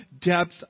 depth